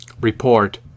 report